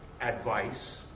advice